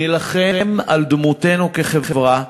נילחם על דמותנו כחברה,